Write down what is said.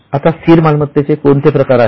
आता स्थिर मालमत्तेचे कोणते प्रकार आहेत